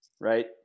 Right